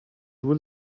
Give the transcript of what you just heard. will